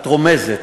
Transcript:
את רומזת,